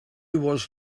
was